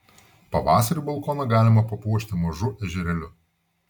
pavasarį balkoną galima papuošti mažu ežerėliu